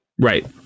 Right